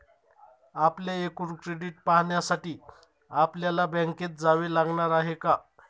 आपले एकूण क्रेडिट पाहण्यासाठी आपल्याला बँकेत जावे लागणार आहे का?